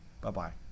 Bye-bye